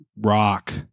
rock